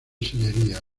sillería